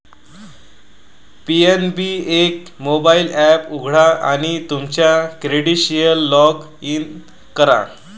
PNB एक mobile app उघडा आणि तुमच्या क्रेडेन्शियल्ससह लॉग इन करा